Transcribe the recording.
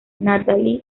natalie